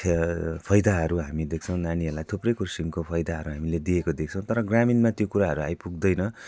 फ फाइदाहरू हामी देख्छौँ नानीहरूलाई थुप्रै किसिमको फाइदाहरू हामीले दिएको देख्छौँ तर ग्रामीणमा त्यो कुराहरू आइ पुग्दैन